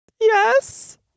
Yes